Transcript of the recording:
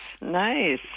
nice